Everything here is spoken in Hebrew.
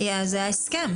זה ההסכם.